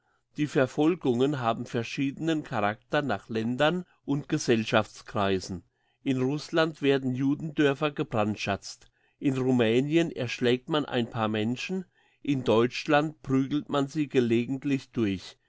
die verfolgungen haben verschiedenen charakter nach ländern und gesellschaftskreisen in russland werden judendörfer gebrandschatzt in rumänien erschlägt man ein paar menschen in deutschland prügelt man sie gelegentlich durch